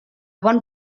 bon